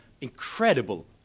incredible